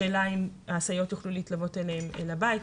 השאלה היא האם הסייעות יוכלו להתלוות אליהם בבית.